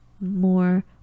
more